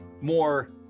more